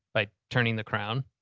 by turning the crown,